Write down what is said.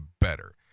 better